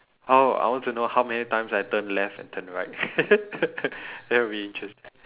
oh I want to know how many times I turn left and turn right that would be interesting